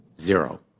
Zero